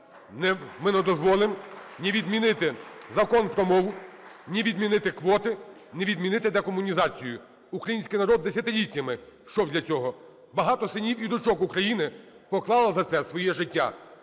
Ми не дозволимо ні відмінити Закон про мову, ні відмінити квоти, ні відмінити декомунізацію. Український народ десятиліттями йшов до цього, багато синів і дочок України поклали за це своє життя.